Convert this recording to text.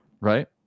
right